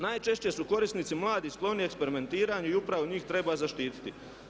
Najčešće su korisnici mladi skloni eksperimentiranju i upravo njih treba zaštititi.